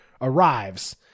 arrives